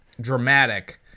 dramatic